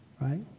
right